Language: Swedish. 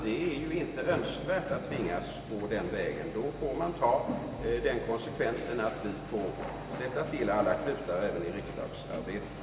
Det är dock inte önskvärt att tvingas gå den vägen. Då får man ta den konsekvensen att man får sätta till alla klutar även här i riksdagsarbetet.